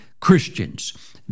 Christians